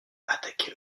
attaquer